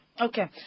Okay